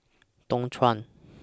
Dualtron